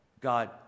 God